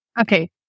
Okay